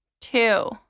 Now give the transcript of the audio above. two